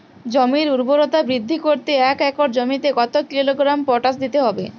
জমির ঊর্বরতা বৃদ্ধি করতে এক একর জমিতে কত কিলোগ্রাম পটাশ দিতে হবে?